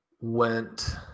went